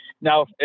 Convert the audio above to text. Now